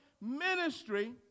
ministry